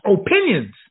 opinions